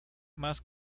más